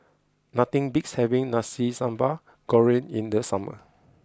nothing beats having Nasi Sambal Goreng in the summer